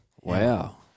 Wow